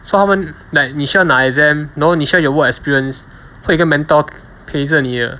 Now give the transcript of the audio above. so 他们 like 你需要拿 exam 然后你需要有 work experience 和会有一个 mentor 陪着你的